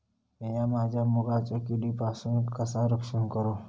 मीया माझ्या मुगाचा किडीपासून कसा रक्षण करू?